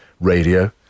radio